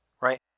right